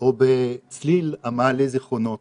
או בצליל המעלה זיכרונות